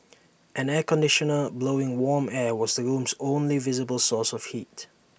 an air conditioner blowing warm air was the room's only visible source of heat